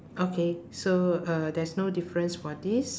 okay so uh there's no difference for this